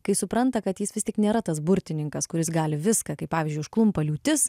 kai supranta kad jis vis tik nėra tas burtininkas kuris gali viską kai pavyzdžiui užklumpa liūtis